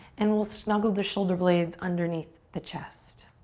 and we'll snuggle the shoulder blades underneath the chest.